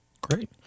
great